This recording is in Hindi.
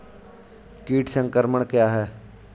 कीट संक्रमण क्या है?